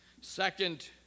Second